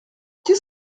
qu’est